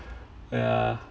yeah